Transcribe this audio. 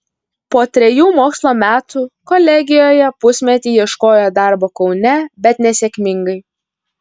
po trejų mokslo metų kolegijoje pusmetį ieškojo darbo kaune bet nesėkmingai